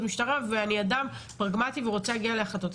והמשטרה ואני אדם פרגמטי ורוצה להגיע להחלטות,